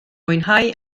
mwynhau